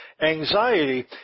Anxiety